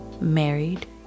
married